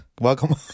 welcome